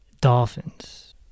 dolphins